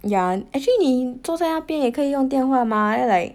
yeah actually 你坐在那边也可以用电话 mah like